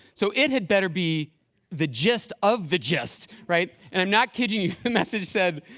so it had better be the gist of the gist, right? and i'm not kidding you. the message said,